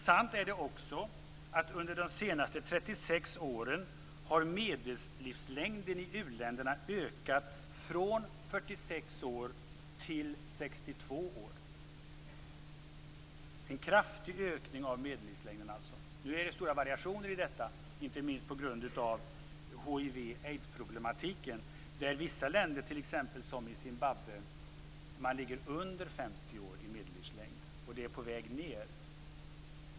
Sant är också att under de senaste 36 åren har medellivslängden i u-länderna ökat från 46 år till 62 år. Det är alltså en kraftig ökning av medellivslängden. Nu är det ju stora variationer i detta, inte minst på grund av hiv och aidsproblematiken. I vissa länder, t.ex. i Zimbabwe, ligger man under 50 år i medellivslängd, och medellivslängden är på väg ned.